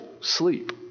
sleep